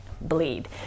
bleed